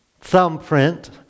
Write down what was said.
thumbprint